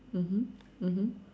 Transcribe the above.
mmhmm mmhmm